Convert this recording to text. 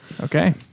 Okay